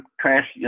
trash